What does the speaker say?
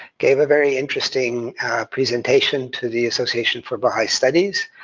gave a very interesting presentation to the association for baha'i studies